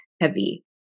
heavy